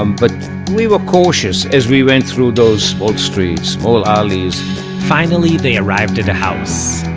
um but we were cautious as we went through those small streets, small alleys finally, they arrived at a house.